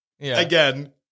again